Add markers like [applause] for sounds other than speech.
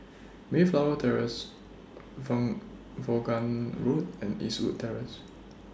Mayflower Terrace [unintelligible] Vaughan Road and Eastwood Terrace